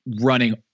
running